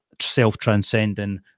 self-transcending